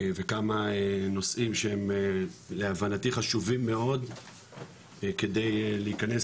וכמה נושאים שהם להבנתי חשובים מאוד כדי להיכנס